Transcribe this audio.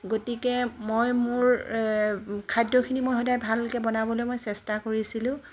গতিকে মই মোৰ খাদ্যখিনি মই সদায় ভালকৈ বনাবলৈ মই চেষ্টা কৰিছিলোঁ